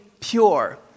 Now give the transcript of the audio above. pure